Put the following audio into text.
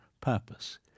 purpose